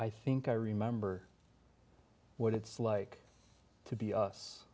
i think i remember what it's like to be us